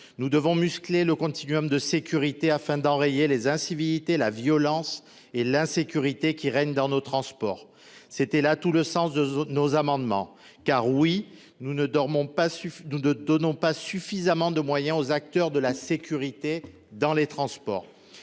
Nous devons muscler le continuum de sécurité pour enrayer les incivilités, la violence et l'insécurité qui règnent dans nos transports. C'était là tout le sens de nos amendements. Car on ne donne pas suffisamment de moyens aux acteurs de la sécurité dans les transports.